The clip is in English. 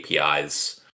API's